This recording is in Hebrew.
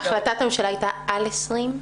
החלטת הממשלה הייתה על 20?